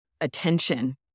attention